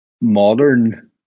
modern